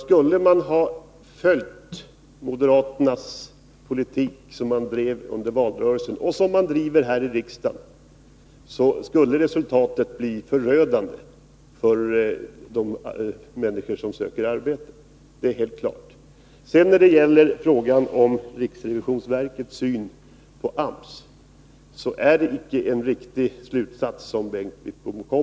Skulle man ha följt moderaternas politik, som de drev den under valrörelsen och som de driver den här i riksdagen, skulle resultatet ha blivit förödande för de människor som söker arbete — det är helt klart. Sedan när det gäller frågan om riksrevisionsverkets syn på AMS, så är det icke en riktig slutsats som Bengt Wittbom drar.